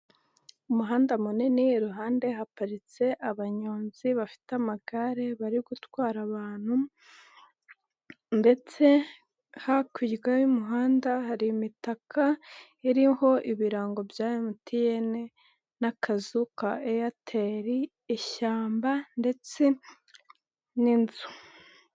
Umuhanda munini, iruhande haparitse abanyonzi bafite amagare bari gutwara abantu ndetse hakurya y'umuhanda hari imitaka iriho ibirango bya MTN n'akazu ka airtel, ishyamba ndetse n'inzu.